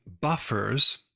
buffers